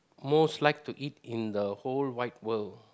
most like to eat in the whole wide world